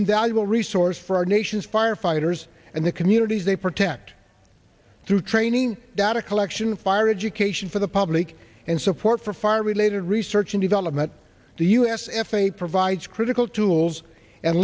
invaluable resource for our nation's firefighters and the communities they protect through training data collection fire education for the public and support for fire related research and development the u s f a a provides critical tools and